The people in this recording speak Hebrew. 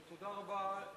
תודה רבה.